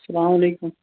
اسلامُ علیکُم